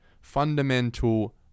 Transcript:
fundamental